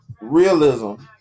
realism